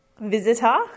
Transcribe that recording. visitor